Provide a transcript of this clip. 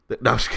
No